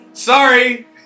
Sorry